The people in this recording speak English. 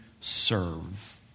serve